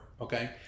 Okay